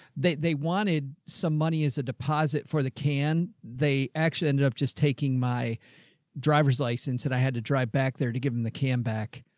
they, they wanted some money as a deposit for the can. they actually ended up just taking my driver's license that i had to drive back there to give him the cam back.